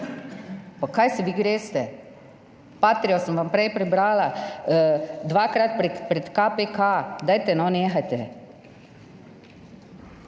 pa kaj se vi greste. Patrio sem vam prej prebrala. Dvakrat pred KPK. Dajte no, nehajte.